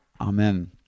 Amen